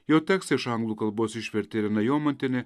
jo tekstą iš anglų kalbos išvertė irena jomantienė